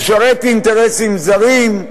משרת אינטרסים זרים.